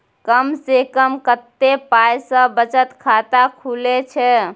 कम से कम कत्ते पाई सं बचत खाता खुले छै?